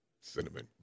cinnamon